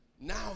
Now